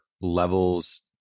levels